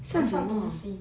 算东西